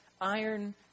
iron